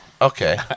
Okay